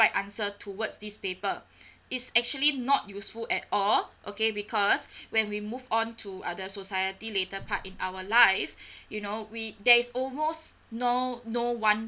right answer towards these paper it's actually not useful at all okay because when we move on to other society later part in our life you know we there is almost no no one